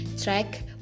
Track